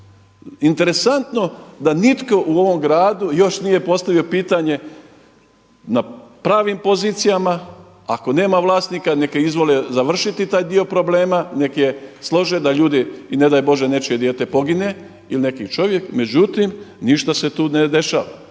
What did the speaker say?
Interesantno da nitko u ovom gradu još nije postavio pitanje na pravim pozicijama ako nema vlasnika neka izvole završiti taj dio problema, nek' je slože da ljudi i ne daj Bože nečije dijete pogine ili neki čovjek. Međutim, ništa se tu ne dešava